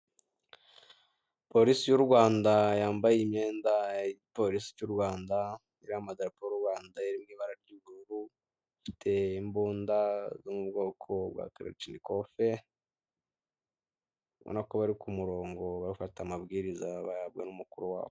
Polisi y'u Rwanda yambaye imyenda y'igipolisi cy'u Rwanda, iriho amadarapo y'u Rwanda ari mu ibara ry'ubururu, bafite imbuta yo mu bwoko bwa karacinikofe, ubona ko bari ku murongo bafata amabwiriza bayahabwa n'umukuru wabo.